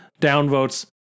downvotes